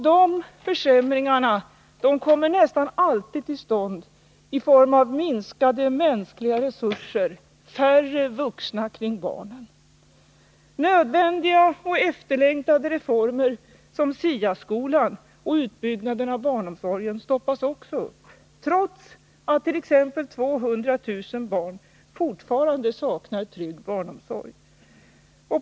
De försämringarna har nästan alltid formen av minskade mänskliga resurser, dvs. färre vuxna kring barnen. Nödvändiga och efterlängtade reformer som SIA-skolan och utbyggnaden av barnomsorgen stoppas upp — trots att t.ex. 200 000 barn fortfarande saknar trygg barnomsorg.